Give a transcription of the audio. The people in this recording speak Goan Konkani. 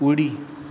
उडी